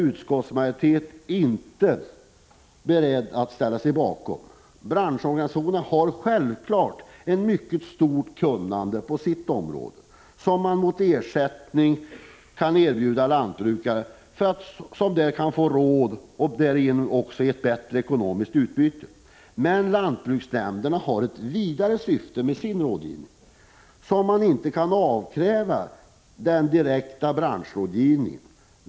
Detta är utskottsmajoriteten inte beredd att ställa sig bakom. Branschorganisationerna har självfallet ett mycket stort kunnande på sitt område att erbjuda lantbrukare, som alltså hos dessa organisationer kan få råd och därigenom ett bättre ekonomiskt utbyte. Men lantbruksnämnderna har ett vidare syfte med sin rådgivning, som man inte kan avkräva den direkta branschrådgivningen.